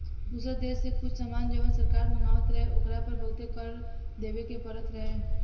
दुसर देश से कुछ सामान जवन सरकार मँगवात रहे ओकरा पर बहुते कर देबे के परत रहे